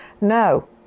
No